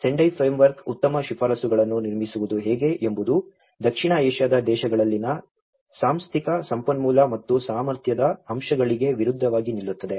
Sendai ಫ್ರೇಮ್ವರ್ಕ್ನ ಉತ್ತಮ ಶಿಫಾರಸುಗಳನ್ನು ನಿರ್ಮಿಸುವುದು ಹೇಗೆ ಎಂಬುದು ದಕ್ಷಿಣ ಏಷ್ಯಾದ ದೇಶಗಳಲ್ಲಿನ ಸಾಂಸ್ಥಿಕ ಸಂಪನ್ಮೂಲ ಮತ್ತು ಸಾಮರ್ಥ್ಯದ ಅಂಶಗಳಿಗೆ ವಿರುದ್ಧವಾಗಿ ನಿಲ್ಲುತ್ತದೆ